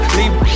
leave